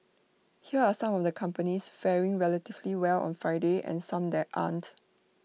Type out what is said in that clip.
here are some of the companies faring relatively well on Friday and some that aren't